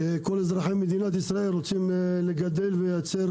שכל אזרחי מדינת ישראל רוצים לגדל ולייצר